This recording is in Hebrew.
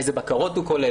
איזה בקרות הוא כולל?